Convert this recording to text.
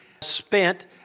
spent